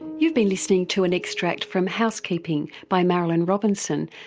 you've been listening to an extract from housekeeping by marilyn robinson,